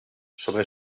sobre